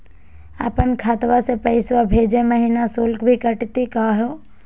अपन खतवा से पैसवा भेजै महिना शुल्क भी कटतही का हो?